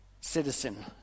citizen